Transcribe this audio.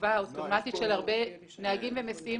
התשובה האוטומטית של הרבה נהגים ומסיעים